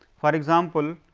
for example,